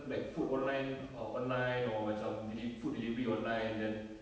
like food online or online or macam deli~ food delivery online then